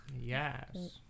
Yes